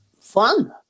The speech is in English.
fun